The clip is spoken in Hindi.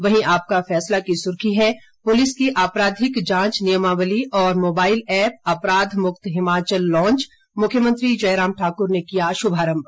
वहीं आपका फैसला की सुर्खी है पुलिस की आपराधिक जांच नियमावली और मोबाइल ऐप अपराध मुक्त हिमाचल लांच मुख्यमंत्री जयराम ठाक्र ने किया शुभारंभ